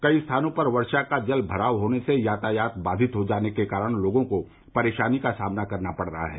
कई स्थानों पर वर्षा का जल भराव होने से यातायात बाधित हो जाने के कारण लोगों को परेशानी का सामना करना पड़ रहा है